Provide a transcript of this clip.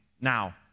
now